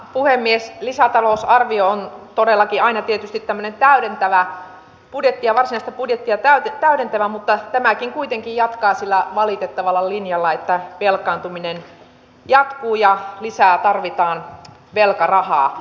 lisätalousarvio on todellakin aina tietysti tämmöinen varsinaista budjettia täydentävä mutta tämäkin kuitenkin jatkaa sillä valitettavalla linjalla että velkaantuminen jatkuu ja lisää tarvitaan velkarahaa